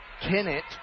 Kennett